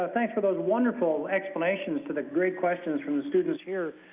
ah thanks for those wonderful explanations to the great questions from the students here.